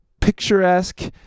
picturesque